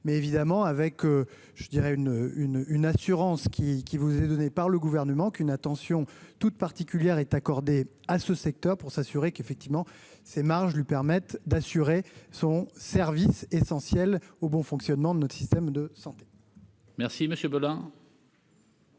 dirais une une une assurance qui qui vous est donnée par le gouvernement qu'une attention toute particulière est accordée à ce secteur pour s'assurer qu'effectivement ces marges lui permettent d'assurer son service essentiel au bon fonctionnement de notre système de santé. Merci Monsieur Beulin.